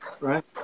right